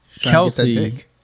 Kelsey